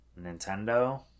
Nintendo